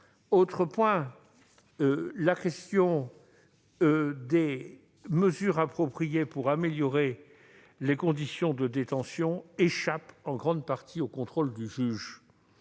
point -, les mesures appropriées pour améliorer les conditions de détention échappent en grande partie au contrôle du juge,